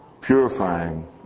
purifying